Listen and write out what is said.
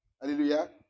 Hallelujah